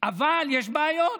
אבל יש בעיות,